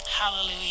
Hallelujah